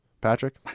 Patrick